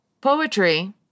Poetry